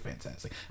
fantastic